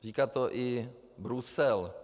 Říká to i Brusel.